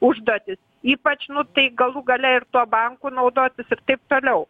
užduotis ypač nu tai galų gale ir tuo banku naudotis ir taip toliau